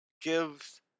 gives